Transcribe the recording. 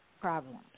problems